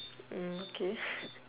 mm okay